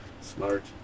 Smart